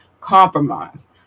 compromise